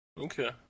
Okay